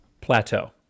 plateau